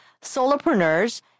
solopreneurs